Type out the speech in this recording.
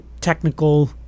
technical